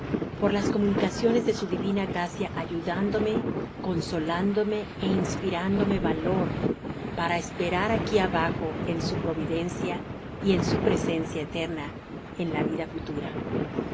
por las comunicaciones de su divina gracia ayudándome consolándome ó inspirándome valor para esperar aqui abajo en su providencia y en su presencia eterna en la vida futura